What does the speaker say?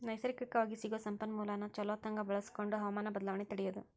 ನೈಸರ್ಗಿಕವಾಗಿ ಸಿಗು ಸಂಪನ್ಮೂಲಾನ ಚುಲೊತಂಗ ಬಳಸಕೊಂಡ ಹವಮಾನ ಬದಲಾವಣೆ ತಡಿಯುದು